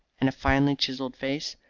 and a finely chiselled face?